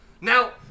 Now